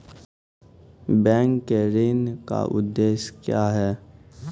Bank के ऋण का उद्देश्य क्या हैं?